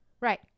Right